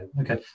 okay